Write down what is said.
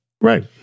Right